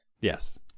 Yes